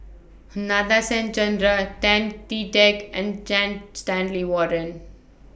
Nadasen Chandra Tan Chee Teck and Jan Stanley Warren